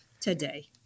today